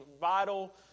vital